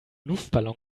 luftballon